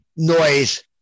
Noise